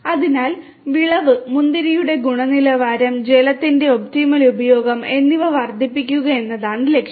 അതിനാൽ വിളവ് മുന്തിരിയുടെ ഗുണനിലവാരം ജലത്തിന്റെ ഒപ്റ്റിമൽ ഉപയോഗം എന്നിവ വർദ്ധിപ്പിക്കുക എന്നതാണ് ലക്ഷ്യം